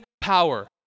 power